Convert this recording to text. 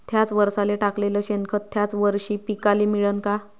थ्याच वरसाले टाकलेलं शेनखत थ्याच वरशी पिकाले मिळन का?